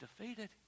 defeated